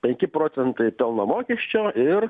penki procentai pelno mokesčio ir